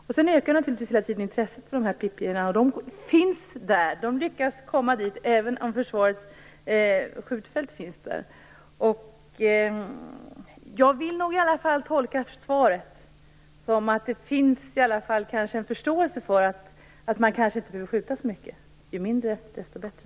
Intresset ökar naturligtvis hela tiden för dessa fåglar. De lyckas komma dit även om försvarets skjutfält finns där. Jag vill ändå tolka svaret som att det i alla fall finns förståelse för att man kanske inte behöver skjuta så mycket - ju mindre, desto bättre.